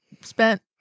spent